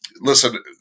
Listen